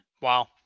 Wow